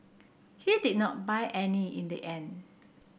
he did not buy any in the end